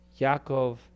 Yaakov